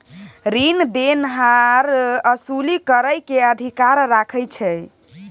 रीन देनहार असूली करइ के अधिकार राखइ छइ